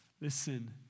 Listen